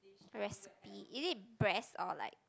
recipe is it breast or like